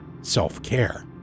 Self-care